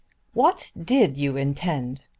what did you intend?